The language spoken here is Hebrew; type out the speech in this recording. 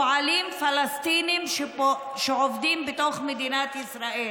פועלים פלסטינים שעובדים בתוך מדינת ישראל,